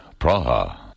Praha